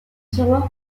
tiroir